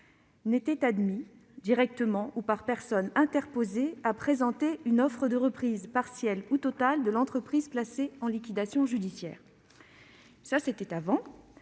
n'étaient admis, directement ou par personne interposée, à présenter une offre de reprise, partielle ou totale, de l'entreprise placée en liquidation judiciaire. Ça, c'était avant.